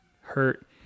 hurt